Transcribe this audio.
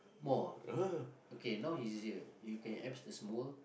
mall ah okay now easier you can apps this mall